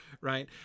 right